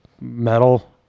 metal